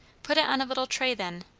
put it on a little tray then,